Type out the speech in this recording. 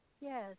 Yes